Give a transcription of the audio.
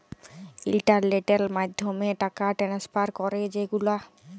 ইলটারলেটের মাধ্যমে টাকা টেনেসফার ক্যরি যে গুলা